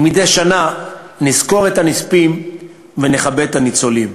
ומדי שנה נזכור את הנספים ונכבד את הניצולים.